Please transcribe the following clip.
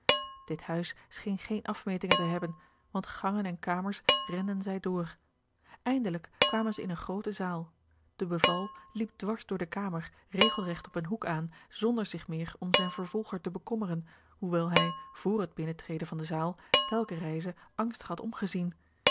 dit huis scheen geene afmetingen te hebben want gangen en kamers renden zij door eindelijk kwamen zij in een groote zaal de beval liep dwars door de kamer regelregt op een hoek aan zonder zich meer om zijn vervolger te bekommeren hoewel hij vr het binnentreden van de zaal telken reize angstig had omgezien